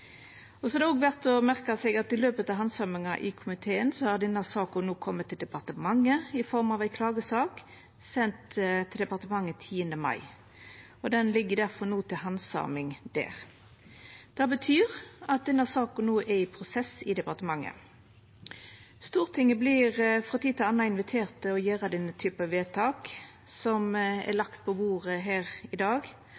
er også verdt å merka seg at i løpet av handsaminga i komiteen har denne saka kome til departementet i form av ei klagesak, sendt til departementet 10. mai. Ho ligg difor no til handsaming der. Det betyr at denne saka no er i prosess i departementet. Stortinget vert frå tid til anna invitert til å gjera denne typen vedtak som er